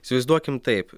įsivaizduokim taip